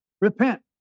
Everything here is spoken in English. repent